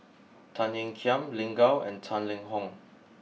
Tan Ean Kiam Lin Gao and Tang Liang Hong